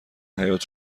حیاط